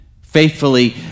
faithfully